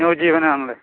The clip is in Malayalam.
ന്യൂ ജീവനാണല്ലേ